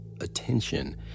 attention